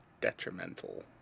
detrimental